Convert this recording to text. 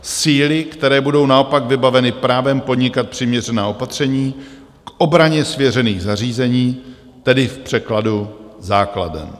Síly, které budou naopak vybaveny právem podnikat přiměřená opatření k obraně svěřených zařízení, tedy v překladu základen.